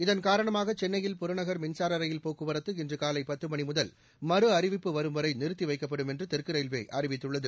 இதன்காரணமாக சென்னையில் புறநகர் மின்சார ரயில் போக்குவரத்து இன்றுகாலை பத்து மணி முதல் மறு அறிவிப்பு வரும் வரை நிறுத்தி வைக்கப்படும் என்று தெற்கு ரயில்வே அறிவித்துள்ளது